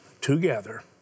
together